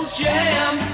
jam